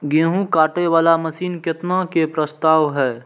गेहूँ काटे वाला मशीन केतना के प्रस्ताव हय?